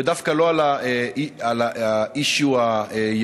ודווקא לא על ה-issue היהודי,